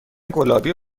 گلابی